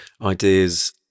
ideas